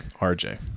RJ